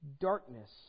darkness